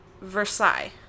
Versailles